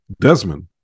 Desmond